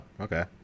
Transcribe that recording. okay